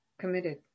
committed